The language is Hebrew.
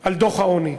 על דוח העוני.